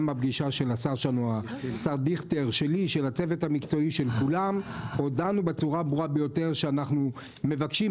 גם בפגישה שלנו עם השר דיכטר הודענו בצורה הברורה יותר שאנחנו מבקשים,